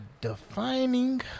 Defining